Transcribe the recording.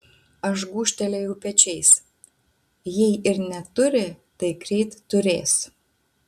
aš gūžtelėjau pečiais jei ir neturi tai greit turės